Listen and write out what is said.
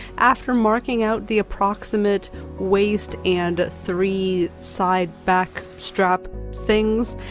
after marking out the approximate waist and three side back strap things,